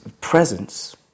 presence